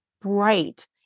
bright